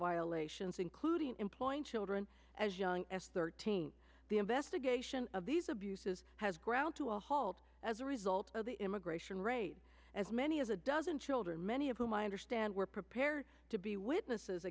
violations including employing children as young as thirteen the investigation of these abuses has ground to a halt as a result of the immigration raid as many as a dozen children many of whom i understand were prepared to be witnesses